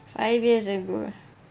five years ago